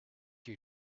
your